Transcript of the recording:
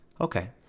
okay